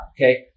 Okay